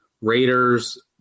Raiders